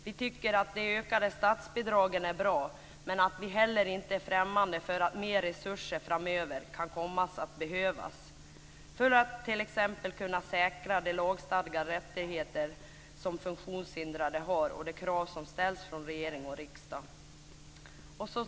Vi tycker att de ökade statsbidragen är bra, men vi är inte heller främmande för att mer resurser kan komma att behövas framöver för att man t.ex. ska kunna säkra de lagstadgade rättigheter som funktionshindrade har och de krav som ställs från regering och riksdag.